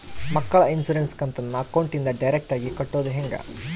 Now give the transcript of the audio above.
ಮಕ್ಕಳ ಇನ್ಸುರೆನ್ಸ್ ಕಂತನ್ನ ಅಕೌಂಟಿಂದ ಡೈರೆಕ್ಟಾಗಿ ಕಟ್ಟೋದು ಹೆಂಗ?